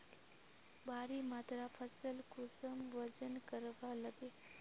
भारी मात्रा फसल कुंसम वजन करवार लगे?